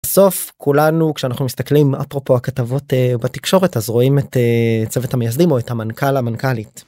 סוף כולנו כשאנחנו מסתכלים אפרופו הכתבות בתקשורת אז רואים את צוות המייסדים או את המנכ"ל המנכ"לית.